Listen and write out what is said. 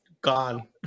gone